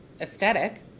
aesthetic